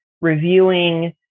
reviewing